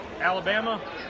Alabama